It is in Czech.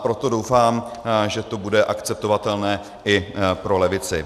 Proto doufám, že to bude akceptovatelné i pro levici.